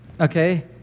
okay